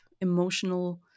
emotional